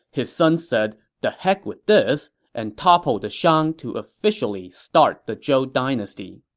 his son said the heck with this and toppled the shang to officially start the zhou dynasty.